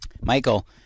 Michael